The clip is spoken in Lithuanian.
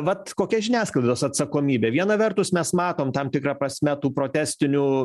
vat kokia žiniasklaidos atsakomybė viena vertus mes matom tam tikra prasme tų protestinių